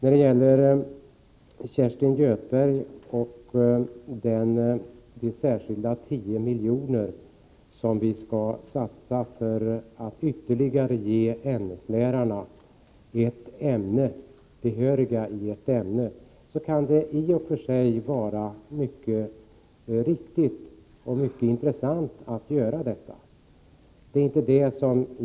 Sedan till Kerstin Göthberg och de 10 miljonerna för att ge ämneslärarna behörighet i ytterligare ett ämne. Det kan i och för sig vara mycket riktigt och intressant att göra en sådan satsning.